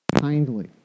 kindly